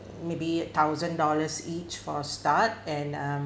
maybe thousand dollars each for a start and um